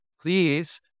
please